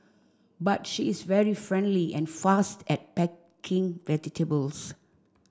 but she is very friendly and fast at packing vegetables